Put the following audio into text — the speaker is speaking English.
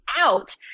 out